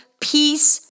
peace